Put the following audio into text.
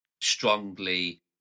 strongly